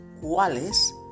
¿Cuáles